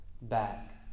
Back